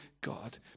God